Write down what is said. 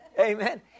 Amen